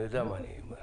אני יודע מה אני אומר.